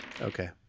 Okay